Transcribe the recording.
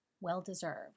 well-deserved